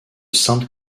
sainte